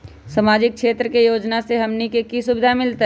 सामाजिक क्षेत्र के योजना से हमनी के की सुविधा मिलतै?